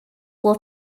will